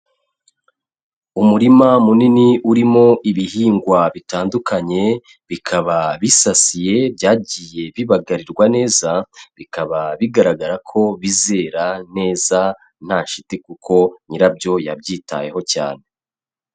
Umurima munini urimo ibihingwa bitandukanye, bikaba bisasiye byagiye bibagarirwa neza, bikaba bigaragara ko bizera neza nta shiti kuko nyirabyo yabyitayeho cyane.